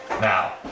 Now